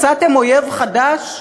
מצאתם אויב חדש?